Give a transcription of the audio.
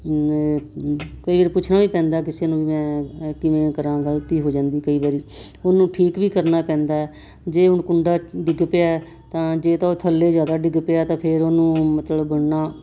ਕਈ ਵਾਰ ਪੁੱਛਣਾ ਵੀ ਪੈਂਦਾ ਕਿਸੇ ਨੂੰ ਮੈਂ ਕਿਵੇਂ ਕਰਾਂ ਗਲਤੀ ਹੋ ਜਾਂਦੀ ਕਈ ਵਾਰੀ ਉਹਨੂੰ ਠੀਕ ਵੀ ਕਰਨਾ ਪੈਂਦਾ ਜੇ ਹੁਣ ਕੁੰਡਾ ਡਿੱਗ ਪਿਆ ਤਾਂ ਜੇ ਤਾਂ ਉਹ ਥੱਲੇ ਜ਼ਿਆਦਾ ਡਿੱਗ ਪਿਆ ਤਾਂ ਫਿਰ ਉਹਨੂੰ ਮਤਲਬ ਬੁਣਨਾ